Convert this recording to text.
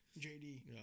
JD